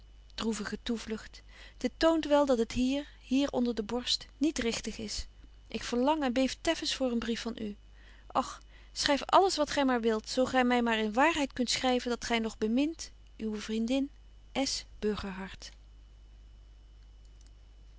dit toont wel dat het hier hier onder de borst niet richtig is ik verlang en beef teffens voor een brief van u och schryf alles wat gy maar wilt zo gy my maar in waarheid kunt schryven dat gy nog bemint uwe vriendin